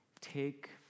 take